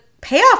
payoff